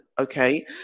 Okay